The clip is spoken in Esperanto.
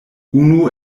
unu